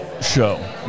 show